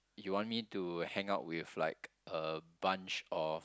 you want me to hang out with like a bunch of